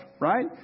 right